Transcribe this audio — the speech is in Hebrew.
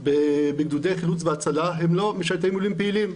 בגדודי חילוץ והצלה הם לא משרתי מילואים פעילים,